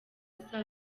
saa